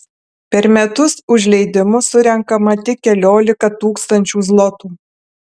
per metus už leidimus surenkama tik keliolika tūkstančių zlotų